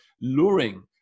luring